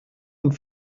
und